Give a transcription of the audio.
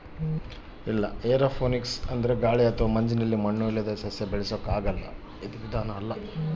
aeroponics ಅಂದ್ರೆ ಗಾಳಿ ಅಥವಾ ಮಂಜಿನಲ್ಲಿ ಮಣ್ಣು ಇಲ್ಲದೇ ಸಸ್ಯ ಬೆಳೆಸುವ ಒಂದು ವಿಧಾನ ಆಗ್ಯಾದ